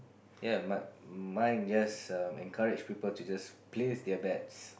yea mine mine just err encourage people to just place their bets